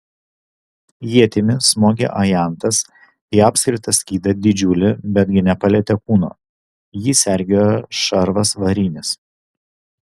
ietimi smogė ajantas į apskritą skydą didžiulį betgi nepalietė kūno jį sergėjo šarvas varinis